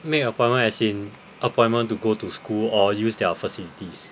make appointment as in appointment to go to school or use their facilities